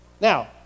Now